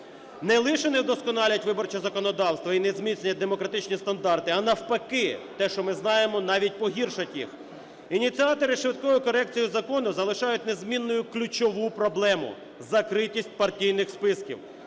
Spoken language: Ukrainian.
не лише не вдосконалять виборче законодавство і не зміцнять демократичні стандарти, а навпаки, те, що ми знаємо, навіть погіршать їх. Ініціатори швидкої корекції закону залишають незмінною ключову проблему – закритість партійних списків.